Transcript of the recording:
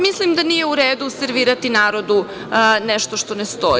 Mislim da nije u redu servirati narodu nešto što ne stoji.